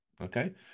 Okay